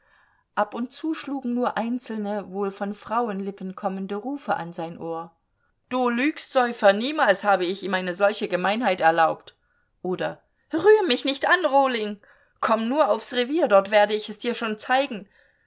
ab und zu schlugen nur einzelne wohl von frauenlippen kommende rufe an sein ohr du lügst säufer niemals habe ich ihm eine solche gemeinheit erlaubt oder rühr mich nicht an rohling komm nur aufs revier dort werde ich es dir schon zeigen